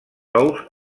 ous